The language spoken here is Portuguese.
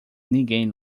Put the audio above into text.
ninguém